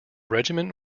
regiment